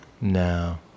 No